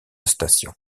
station